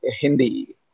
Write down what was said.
Hindi